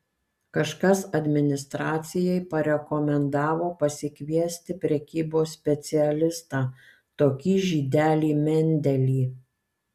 kažkas administracijai parekomendavo pasikviesti prekybos specialistą tokį žydelį mendelį